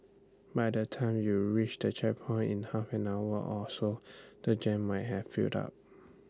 by the time you reach the checkpoint in half an hour or so the jam might have built up